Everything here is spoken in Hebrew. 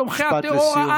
משפט לסיום,